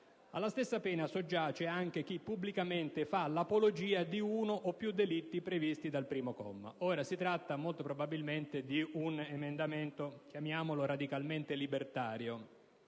Alla stessa pena soggiace anche chi pubblicamente fa l'apologia di uno o più delitti previsti dal primo comma». Si tratta molto probabilmente di un emendamento, chiamiamolo, radicalmente libertario,